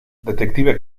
detective